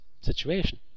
situation